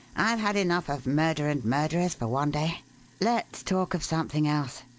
i've had enough of murder and murderers for one day let's talk of something else.